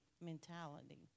mentality